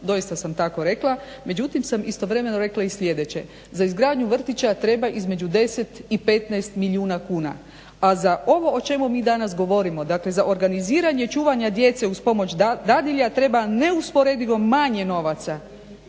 Doista sam tako rekla, međutim sam istovremeno rekla i sljedeće. Za izgradnju vrtića treba između 10 i 15 milijuna kuna, a za ovo o čemu mi danas govorimo, dakle za organiziranje čuvanja djece uz pomoć dadilje treba neusporedivo manje novaca